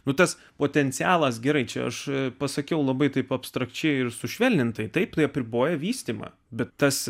nu tas potencialas gerai čia aš pasakiau labai taip abstrakčiai ir sušvelnintai taip tai apriboja vystymą bet tas